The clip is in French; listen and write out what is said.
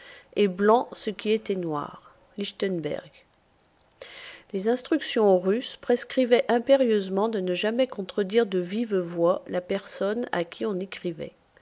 et blanc ce qui était noir lichtenberg les instructions russes prescrivaient impérieusement de ne jamais contredire de vive voix la personne à qui on écrivait